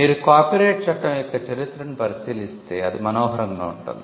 మీరు కాపిరైట్ చట్టం యొక్క చరిత్రను పరిశీలిస్తే అది మనోహరంగా ఉంటుంది